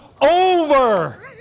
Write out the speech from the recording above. Over